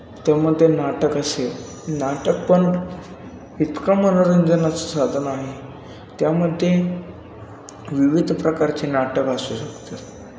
तर मग ते नाटक असेल नाटक पण इतकं मनोरंजनाचं साधन आहे त्यामध्ये विविध प्रकारचे नाटक असू शकतात